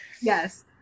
Yes